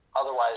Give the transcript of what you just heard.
Otherwise